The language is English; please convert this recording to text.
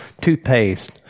toothpaste